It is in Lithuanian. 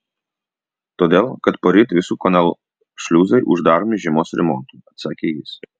todėl kad poryt visų kanalų šliuzai uždaromi žiemos remontui atsakė jis